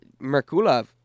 Merkulov